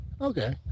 Okay